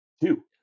Two